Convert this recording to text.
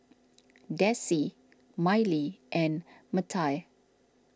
Dessie Mylee and Mattye